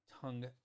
tongue